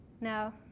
No